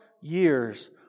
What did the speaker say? years